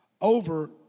over